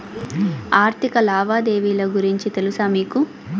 ఆర్థిక లావాదేవీల గురించి తెలుసా మీకు